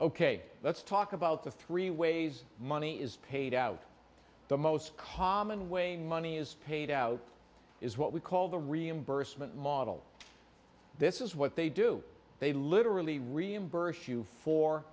ok let's talk about the three ways money is paid out the most common way money is paid out is what we call the reimbursement model this is what they do they literally reimburse you for